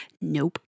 nope